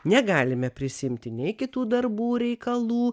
negalime prisiimti nei kitų darbų reikalų